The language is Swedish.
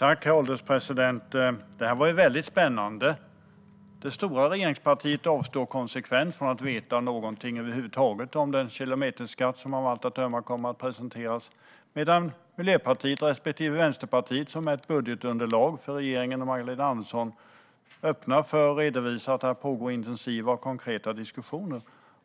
Herr ålderspresident! Det här var väldigt spännande. Det stora regeringspartiet avstår konsekvent från att veta någonting över huvud taget om den kilometerskatt som av allt att döma kommer att presenteras medan Miljöpartiet respektive Vänsterpartiet som är ett budgetunderlag för regeringen och Magdalena Andersson öppnar för och redovisar att det pågår intensiva och konkreta diskussioner.